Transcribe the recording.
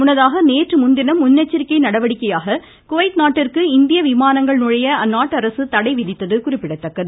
முன்னதாக நேற்று முன்தினம் முன்னெச்சரிக்கை நடவடிக்கையாக குவைத் நாட்டிற்கு இந்திய விமானங்கள் நுழைய அந்நாட்டு அரசு தடை விதித்தது குறிப்பிடத்தக்கது